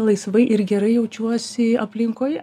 laisvai ir gerai jaučiuosi aplinkoje